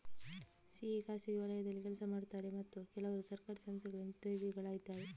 CA ಖಾಸಗಿ ವಲಯದಲ್ಲಿ ಕೆಲಸ ಮಾಡುತ್ತಾರೆ ಮತ್ತು ಕೆಲವರು ಸರ್ಕಾರಿ ಸಂಸ್ಥೆಗಳಿಂದ ಉದ್ಯೋಗಿಗಳಾಗಿದ್ದಾರೆ